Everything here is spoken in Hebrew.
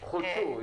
חודשו.